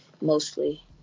mostly